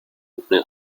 ohne